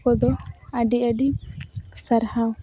ᱠᱚᱫᱚ ᱟᱹᱰᱤᱼᱟᱹᱰᱤ ᱥᱟᱨᱦᱟᱣ